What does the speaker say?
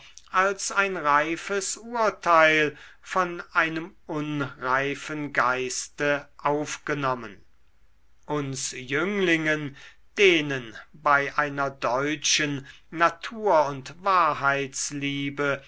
als ein reifes urteil von einem unreifen geiste aufgenommen uns jünglingen denen bei einer deutschen natur und wahrheitsliebe